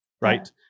right